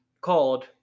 called